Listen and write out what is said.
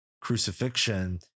crucifixion